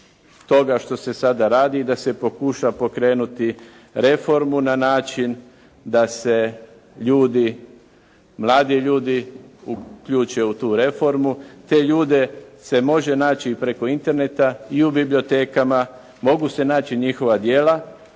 toga što se sada radi i da se pokuša pokrenuti reformu na način da se ljudi, mladi ljudi uključe u tu reformu. Te ljude se može naći preko Interneta i u bibliotekama, mogu se naći njihova djela.